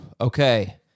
Okay